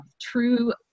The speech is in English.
true